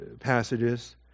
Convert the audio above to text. passages